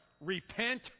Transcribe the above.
repent